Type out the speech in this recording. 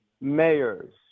mayors